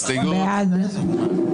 מי נגד?